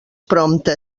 prompte